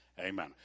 amen